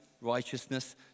righteousness